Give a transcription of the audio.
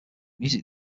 music